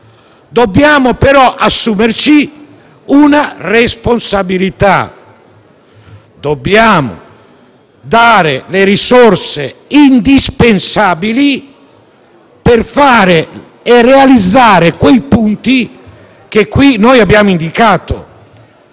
dobbiamo, però, assumerci una responsabilità. Dobbiamo dare le risorse indispensabili per realizzare quei punti che qui abbiamo indicato,